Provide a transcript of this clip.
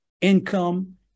income